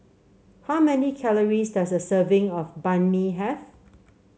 how many calories does a serving of Banh Mi have